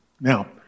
Now